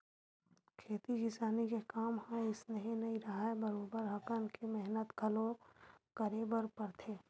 खेती किसानी के काम ह अइसने नइ राहय बरोबर हकन के मेहनत घलो करे बर परथे